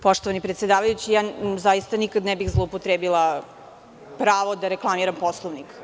Poštovani predsedavajuća, zaista nikada ne bih zloupotrebila pravo da reklamiram Poslovnik.